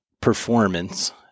performance